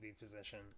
position